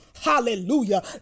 Hallelujah